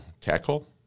tackle